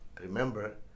remember